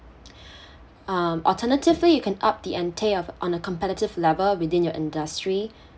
um alternatively you can up the ante of on a competitive level within your industry